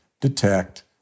detect